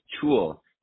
tool